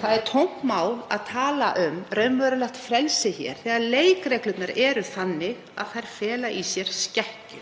Það er tómt mál að tala um raunverulegt frelsi hér þegar leikreglurnar eru þannig að þær fela í sér skekkju.